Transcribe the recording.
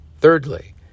Thirdly